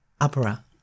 opera